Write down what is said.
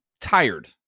tired